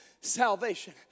Salvation